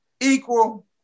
equal